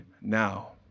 now